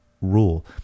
rule